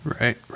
Right